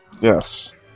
Yes